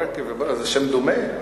ברכה וברק זה שם דומה?